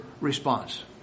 response